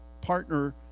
partner